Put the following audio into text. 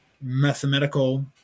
mathematical